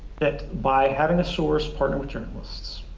that, by having a source partnered with journalists,